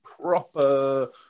proper